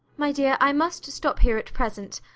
my dear, i must stop here at present,